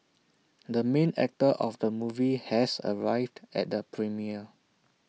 the main actor of the movie has arrived at the premiere